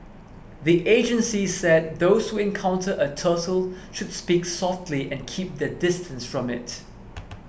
the agencies said those who encounter a turtle should speak softly and keep their distance from it